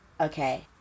Okay